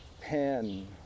pen